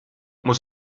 muss